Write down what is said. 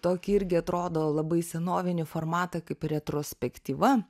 tokį irgi atrodo labai senovinį formatą kaip retrospektyva